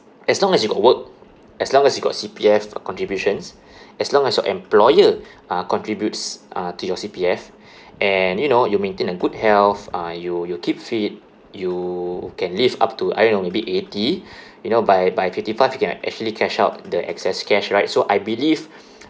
as long as you got work as long as you got C_P_F contributions as long as your employer uh contributes uh to your C_P_F and you know you maintain a good health uh you you keep fit you can live up to I don't know maybe eighty you know by by fifty five you can uh actually cash out the excess cash right so I believe